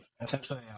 essentially